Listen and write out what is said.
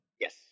yes